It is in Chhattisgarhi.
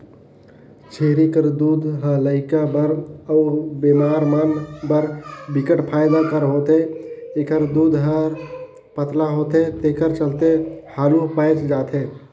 छेरी कर दूद ह लइका बर अउ बेमार मन बर बिकट फायदा कर होथे, एखर दूद हर पतला होथे तेखर चलते हालु पयच जाथे